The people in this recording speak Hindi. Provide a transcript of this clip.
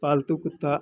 पालतू कुत्ता